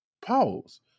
Pause